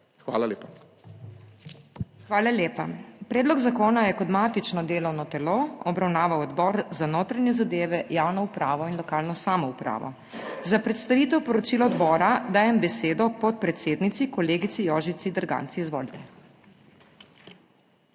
MEIRA HOT: Hvala lepa. Predlog zakona je kot matično delovno telo obravnaval Odbor za notranje zadeve, javno upravo in lokalno samoupravo. Za predstavitev poročila odbora dajem besedo podpredsednici, kolegici Jožici Derganc. Izvolite.